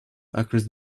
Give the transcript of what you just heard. across